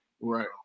Right